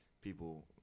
people –